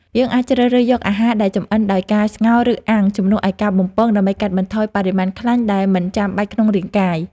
យើងអាចជ្រើសរើសយកអាហារដែលចម្អិនដោយការស្ងោរឬអាំងជំនួសឲ្យការបំពងដើម្បីកាត់បន្ថយបរិមាណខ្លាញ់ដែលមិនចាំបាច់ក្នុងរាងកាយ។